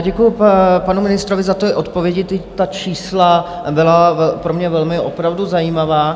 Děkuju panu ministrovi za ty odpovědi, ta čísla byla pro mě velmi opravdu zajímavá.